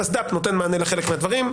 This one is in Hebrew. הפסד"פ נותן מענה לחלק מהדברים.